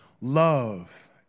Love